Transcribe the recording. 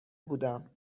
بودم